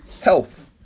health